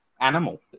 animal